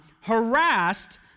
harassed